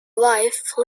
wife